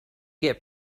get